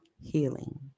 healing